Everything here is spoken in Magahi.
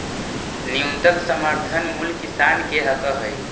न्यूनतम समर्थन मूल्य किसान के हक हइ